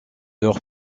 leurs